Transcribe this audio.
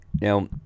Now